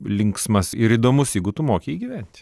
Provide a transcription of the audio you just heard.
linksmas ir įdomus jeigu tu moki jį gyventi